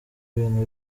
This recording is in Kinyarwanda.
ibintu